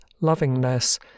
lovingness